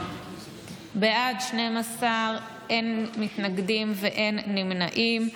בעד, 12, אין מתנגדים ואין נמנעים.